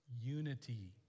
unity